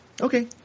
Okay